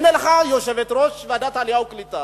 הנה לך, יושבת-ראש ועדת העלייה והקליטה